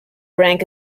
rank